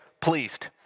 pleased